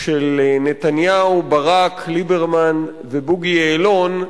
של נתניהו: ברק, ליברמן ובוגי יעלון,